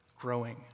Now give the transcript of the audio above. growing